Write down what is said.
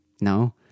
No